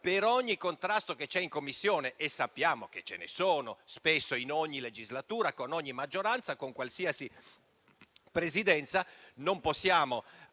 per ogni contrasto che c'è in Commissione (e sappiamo che c'è ne sono spesso in ogni legislatura, con ogni maggioranza, con qualsiasi Presidenza), portare